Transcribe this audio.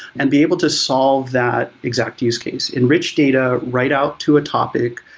and be able to solve that exact use case. enrich data, write out to a topic,